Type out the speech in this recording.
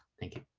thank you.